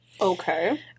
Okay